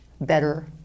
better